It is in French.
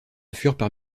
furent